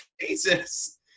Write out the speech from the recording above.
Jesus